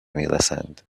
میرسند